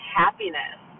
happiness